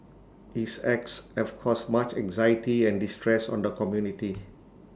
his acts have caused much anxiety and distress on the community